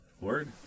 Word